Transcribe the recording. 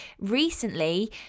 recently